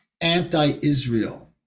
anti-Israel